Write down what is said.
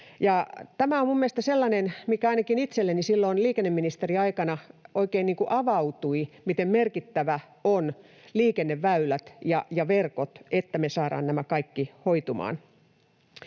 Tämä on sellainen asia, mikä ainakin itselleni silloin liikenneministeriaikana oikein avautui, miten merkittäviä ovat liikenneväylät ja ‑verkot, että me saadaan nämä kaikki hoitumaan.